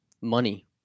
Money